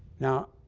now,